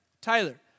Tyler